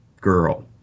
girl